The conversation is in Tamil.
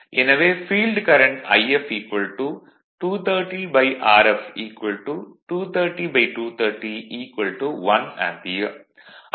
எனவே field current If 230Rf 230230 1 ampere